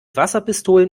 wasserpistolen